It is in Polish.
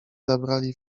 zabrali